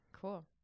Cool